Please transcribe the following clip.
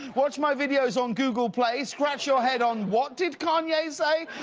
watch my videos on google play, scratch your head on what did kanye say?